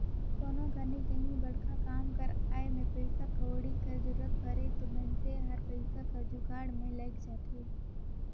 कोनो घनी काहीं बड़खा काम कर आए में पइसा कउड़ी कर जरूरत परे में मइनसे हर पइसा कर जुगाड़ में लइग जाथे